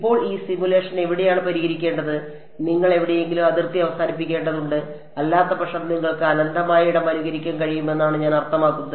ഇപ്പോൾ ഈ സിമുലേഷൻ എവിടെയാണ് പരിഹരിക്കേണ്ടത് നിങ്ങൾ എവിടെയെങ്കിലും അതിർത്തി അവസാനിപ്പിക്കേണ്ടതുണ്ട് അല്ലാത്തപക്ഷം നിങ്ങൾക്ക് അനന്തമായ ഇടം അനുകരിക്കാൻ കഴിയുമെന്നാണ് ഞാൻ അർത്ഥമാക്കുന്നത്